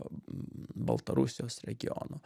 baltarusijos regionų